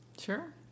Sure